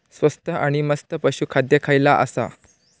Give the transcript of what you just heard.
स्वस्त आणि मस्त पशू खाद्य खयला आसा?